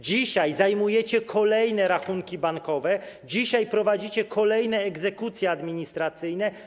Dzisiaj zajmujecie kolejne rachunki bankowe, dzisiaj prowadzicie kolejne egzekucje administracyjne.